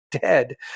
dead